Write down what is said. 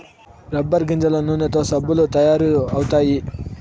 rubber గింజల నూనెతో సబ్బులు తయారు అవుతాయి